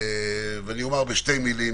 אומר בשתי מילים,